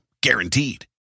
Guaranteed